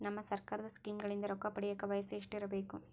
ನಮ್ಮ ಸರ್ಕಾರದ ಸ್ಕೀಮ್ಗಳಿಂದ ರೊಕ್ಕ ಪಡಿಯಕ ವಯಸ್ಸು ಎಷ್ಟಿರಬೇಕು?